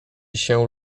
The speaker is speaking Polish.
się